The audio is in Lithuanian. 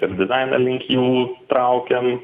ir dizainą link jų traukėm